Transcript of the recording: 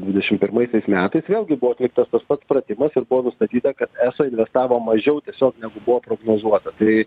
dvidešim pirmaisiais metais vėlgi buvo atliktas tas pats pratimas ir buvo nustatyta kad eso investavo mažiau tiesiog negu buvo prognozuota tai